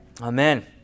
Amen